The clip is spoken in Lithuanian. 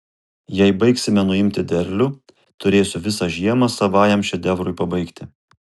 jei baigsime nuimti derlių turėsiu visą žiemą savajam šedevrui pabaigti